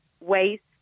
waste